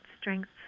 strengths